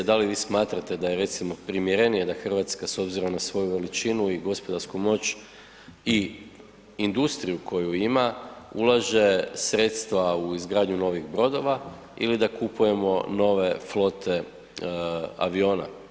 Da li vi smatrate da je recimo primjerenije da Hrvatska s obzirom na svoju veličinu i gospodarsku moć i industriju koju ima, ulaže sredstva u izgradnju novih brodova ili da kupujemo nove flote aviona?